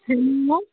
hello